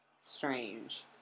strange